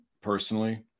personally